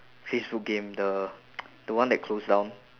facebook game the the one that closed down